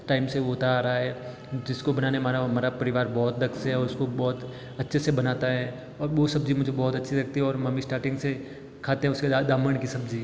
time से होता आ रहा है जिसको बनाने में हमारा हमारा परिवार बहुत दक्ष है और उसको बहुत अच्छे से बनाता है और वो सब्जी भी मुझे बहुत अच्छी लगती है और हम स्टार्टिंग से खाते उसे साथ दामण की सब्जी